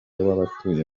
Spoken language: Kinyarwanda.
w’abatuye